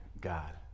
God